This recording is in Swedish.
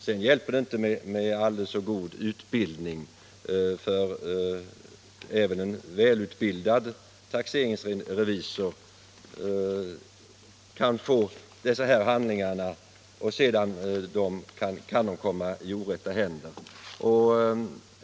Sedan hjälper det inte med aldrig så god utbildning, för även om en välutbildad taxeringsrevisor får dessa handlingar kan de komma i orätta händer.